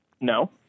No